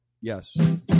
Yes